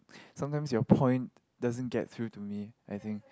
sometimes your point doesn't get through to me I think